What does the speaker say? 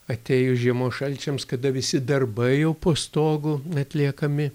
atėjus žiemos šalčiams kada visi darbai jau po stogu atliekami